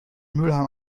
mülheim